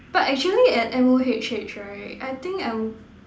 but actually at M_O_H_H right I think I'm